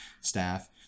staff